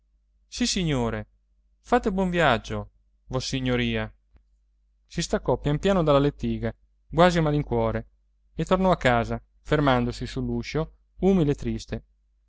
capo sissignore fate buon viaggio vossignoria si staccò pian piano dalla lettiga quasi a malincuore e tornò a casa fermandosi sull'uscio umile e triste